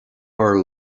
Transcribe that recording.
per